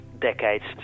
decades